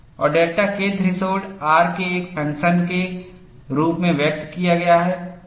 और delta K threshold R के एक फंक्शन के रूप में व्यक्त किया गया है